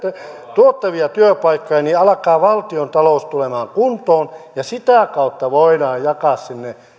tuottavia työpaikkoja niin alkaa valtiontalous tulemaan kuntoon ja sitä kautta voidaan jakaa